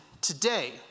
today